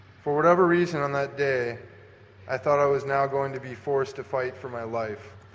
for whatever reason on that day i thought i was now going to be forced to fight for my life.